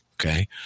Okay